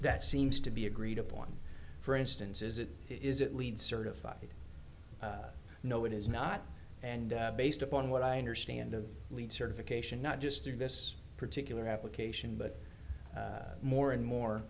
that seems to be agreed upon for instance is it is it leed certified no it is not and based upon what i understand of lead certification not just through this particular application but more and more